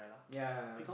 ya